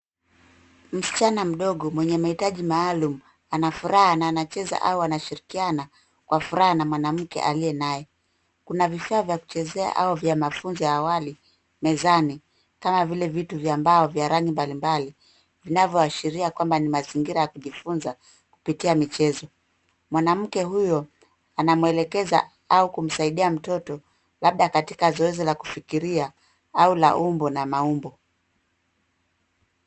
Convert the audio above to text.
Msichana mdogo mwenye mahitaji maalum ana furaha na anacheza au anashirikiana kwa furaha na mwanamke aliye naye. Kuna vifaa vya kuchezea au vya mafunzo ya awali mezani kama vile vitu vya mbao vya rangi mbalimbali vinavyoashiria kwamba ni mazingira ya kujifunza kupitia michezo. Mwanamke huyo anamwelekeza au kumsaidia mtoto labda katika zoezi la kufikiria au la umbo na maumbo.